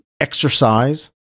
exercise